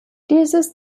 dieses